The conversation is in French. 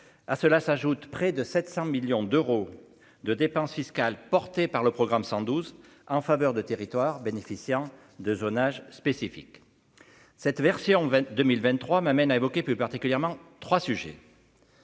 à cela s'ajoutent près de 700 millions d'euros de dépenses fiscales, porté par le programme 112 en faveur de territoire bénéficiant de zonage spécifique, cette version 22023 m'amène à évoquer plus particulièrement 3 sujets.